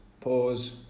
pause